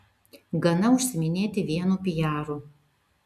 gana užsiiminėti vienu pijaru